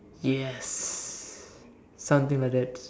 yes something like that